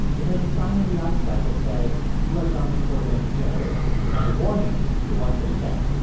it has a sign on the outside that says u s. army corps of engineers and a warning to watch your step.